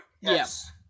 Yes